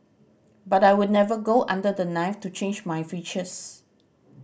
but I would never go under the knife to change my features